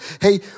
Hey